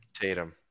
Tatum